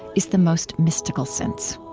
is the most mystical sense.